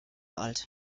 alt